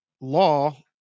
law